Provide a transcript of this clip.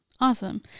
Awesome